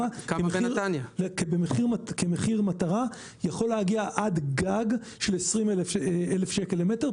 מחיר מטרה יכול להגיע עד גג של 20,000 שקל למטר.